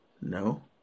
No